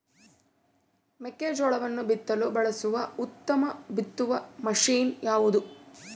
ಮೆಕ್ಕೆಜೋಳವನ್ನು ಬಿತ್ತಲು ಬಳಸುವ ಉತ್ತಮ ಬಿತ್ತುವ ಮಷೇನ್ ಯಾವುದು?